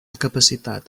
capacitat